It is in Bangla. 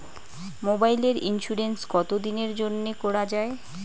মোবাইলের ইন্সুরেন্স কতো দিনের জন্যে করা য়ায়?